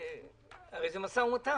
הרי זה משא ומתן.